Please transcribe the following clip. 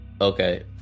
Okay